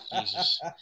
Jesus